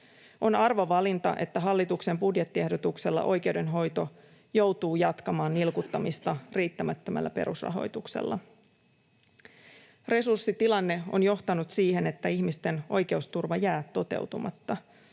On arvovalinta, että hallituksen budjettiehdotuksella oikeudenhoito joutuu jatkamaan nilkuttamista riittämättömällä perusrahoituksella. Resurssitilanne on johtanut siihen, että ihmisten oikeusturva jää toteutumatta,